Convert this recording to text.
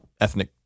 ethnic